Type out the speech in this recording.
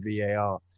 VAR